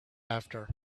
after